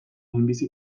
minbizi